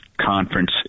conference